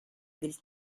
dal